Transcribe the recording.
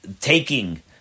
taking